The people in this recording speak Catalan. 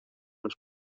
les